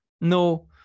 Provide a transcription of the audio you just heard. No